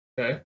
Okay